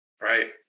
right